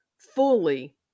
fully